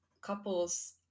couples